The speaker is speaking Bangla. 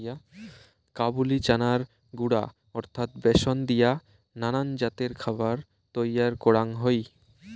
কাবুলি চানার গুঁড়া অর্থাৎ ব্যাসন দিয়া নানান জাতের খাবার তৈয়ার করাং হই